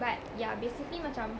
but yeah basically macam